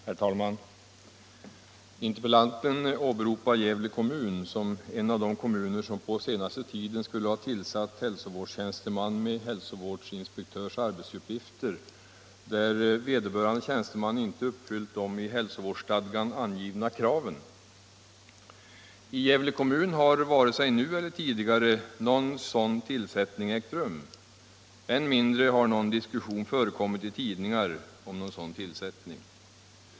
Herr talman! Interpellanten åberopar Gävle kommun som en av de kommuner som på senaste tiden skulle ha tillsatt hälsovårdstjänsteman med hälsovårdsinspektörs arbetsuppgifter, där vederbörande tjänsteman inte uppfyllt de i hälsovårdsstadgan angivna kraven. I Gävle kommun har inte, vare sig nu eller tidigare, någon sådan tillsättning ägt rum. Än mindre har någon diskussion förekommit i tidningar om någon sådan tillsättning.